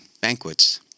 banquets